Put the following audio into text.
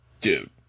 Dude